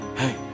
hey